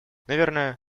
наверное